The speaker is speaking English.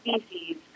species